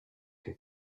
que